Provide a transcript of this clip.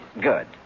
Good